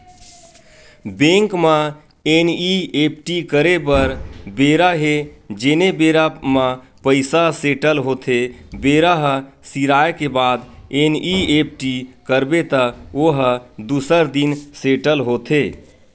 bank म NEFT करे बर बेरा हे जेने बेरा म पइसा सेटल होथे बेरा ह सिराए के बाद एन.ई.एफ.टी करबे त ओ ह दूसर दिन सेटल होथे